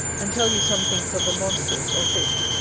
and tell you some things of the monsters, or fish,